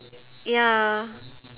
ya